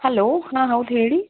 hello ಹಾಂ ಹೌದು ಹೇಳಿ